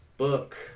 Book